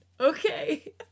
okay